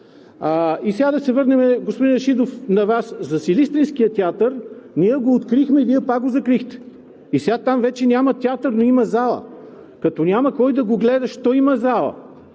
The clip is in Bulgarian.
Сега да се върнем, господин Рашидов, на Вас. За Силистренския театър – ние го открихме, Вие пак го закрихте. Там вече няма театър, но има зала. Като няма кой да го гледа защо има зала?